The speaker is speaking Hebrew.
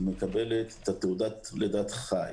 היא מקבלת את תעודת לידת חי.